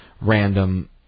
random